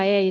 stä